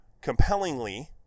compellingly